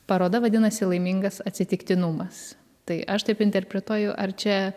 paroda vadinasi laimingas atsitiktinumas tai aš taip interpretuoju ar čia